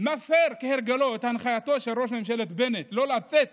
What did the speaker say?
מפר כהרגלו את הנחייתו של ראש הממשלה בנט שלא לצאת